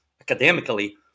academically